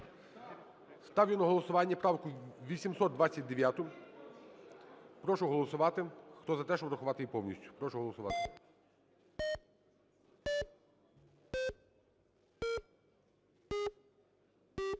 Ставлю на голосування правку 829. Прошу голосувати. Хто за те, щоб врахувати її повністю, прошу голосувати.